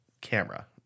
camera